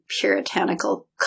puritanical